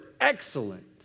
excellent